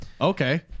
Okay